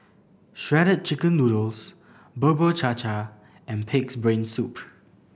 Shredded Chicken Noodles Bubur Cha Cha and Pig's Brain Soup